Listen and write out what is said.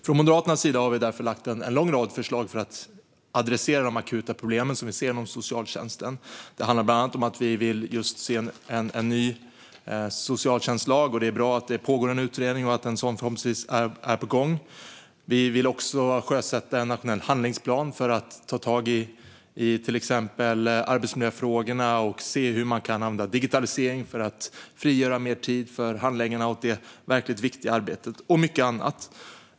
Från Moderaternas sida har vi lagt en lång rad förslag för att ta itu med de akuta problem som vi ser inom socialtjänsten. De handlar bland annat om att vi vill se en ny socialtjänstlag. Det är bra att det pågår en utredning och att en ny lag förhoppningsvis är på gång. Vi vill också sjösätta en nationell handlingsplan för att ta tag i till exempel arbetsmiljöfrågorna, se hur man kan använda digitalisering för att frigöra mer tid för handläggarna åt det verkligt viktiga arbetet och mycket annat.